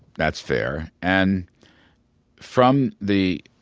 that's fair. and from the